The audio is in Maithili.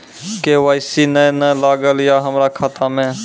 के.वाई.सी ने न लागल या हमरा खाता मैं?